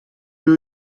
you